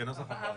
כנוסח הוועדה.